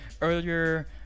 earlier